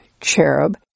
cherub